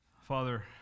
Father